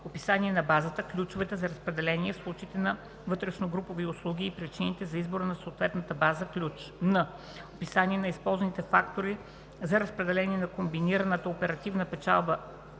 описание на базата (ключовете) за разпределение в случаите на вътрешногрупови услуги и причините за избора на съответната база (ключ); н) описание на използваните фактори за разпределение на комбинираната оперативна печалба/загуба